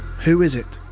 who is it?